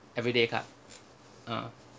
everyday card ah